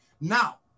Now